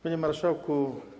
Panie Marszałku!